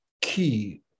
key